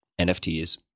NFTs